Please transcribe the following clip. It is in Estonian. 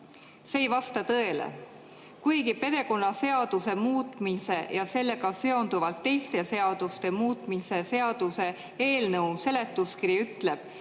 See ei vasta tõele. Kuigi perekonnaseaduse muutmise ja sellega seonduvalt teiste seaduste muutmise seaduse eelnõu seletuskiri ütleb,